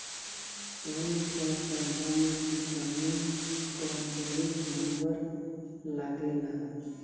सन कअ पौधा में किसानन कअ बड़ी जांगर लागेला